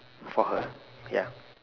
for her ya